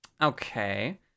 Okay